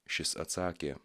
šis atsakė